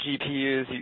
GPUs